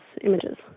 images